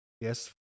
Yes